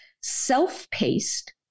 self-paced